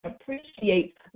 appreciate